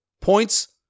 Points